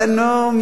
נו,